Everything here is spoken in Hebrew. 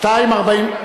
שתיים ארבעים,